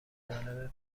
جالبه